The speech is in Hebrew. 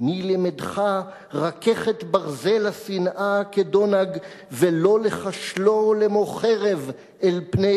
מי לימדך רכך את ברזל השנאה כדונג/ ולא לחשלו למו חרב אל פני